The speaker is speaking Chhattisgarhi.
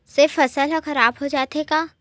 से फसल ह खराब हो जाथे का?